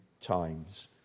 times